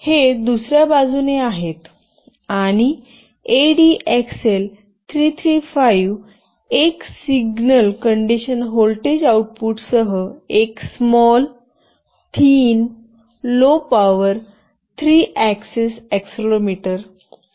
तर हे दुसर्या बाजूने आहे आणि एडीएक्सएल 355 एक सिग्नल कंडिशन व्होल्टेज आउटपुटसह एक small thin low power 3 axis accelerometer आहे